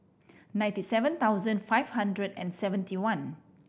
ninety seven thousand five hundred and seventy one